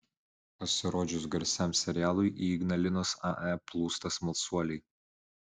pasirodžius garsiam serialui į ignalinos ae plūsta smalsuoliai